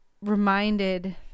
reminded